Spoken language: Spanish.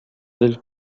del